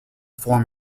form